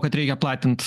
kad reikia platint